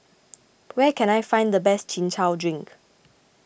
where can I find the best Chin Chow Drink